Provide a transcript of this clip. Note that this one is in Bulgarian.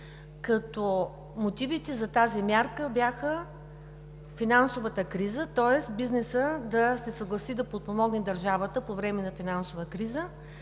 Мотивите за тази мярка бяха финансовата криза. Тоест бизнесът да се съгласи да подпомогне държавата по време на финансова криза.